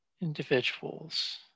individuals